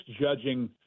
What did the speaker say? judging